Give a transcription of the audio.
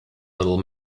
little